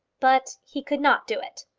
but he could not do it.